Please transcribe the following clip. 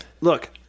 Look